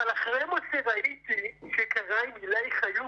אבל אחרי מה שהיא ראתה שקרה עם עילי חיות,